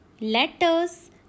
letters